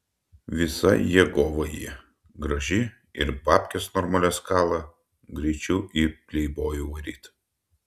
visai jėgova ji graži ir babkes normalias kala greičiau į pleibojų varyt